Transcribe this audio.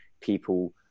people